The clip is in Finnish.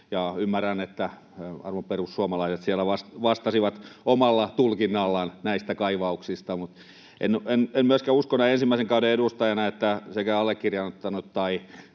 ymmärrän, että arvon perussuomalaiset siellä vastasivat omalla tulkinnallaan näistä kaivauksista. En myöskään usko näin ensimmäisen kauden edustajana, että allekirjoittanut tai